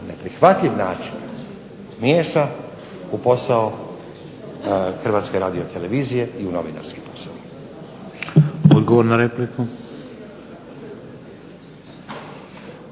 neprihvatljiv način miješa u posao Hrvatske radiotelevizije i u novinarski posao. **Šeks,